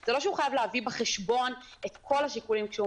הוא לא חייב להביא בחשבון את כל השיקולים כשהוא